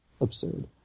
absurd